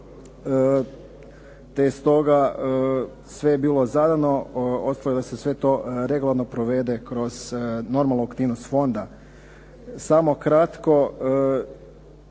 je stoga sve bilo zadano, ostalo je da se sve to regularno provede kroz normalnu aktivnost fonda. Samo kratko.